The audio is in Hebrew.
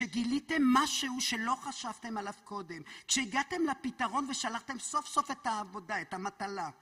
כשגיליתם משהו שלא חשבתם עליו קודם, כשהגעתם לפתרון ושלחתם סוף סוף את העבודה, את המטלה.